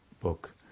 book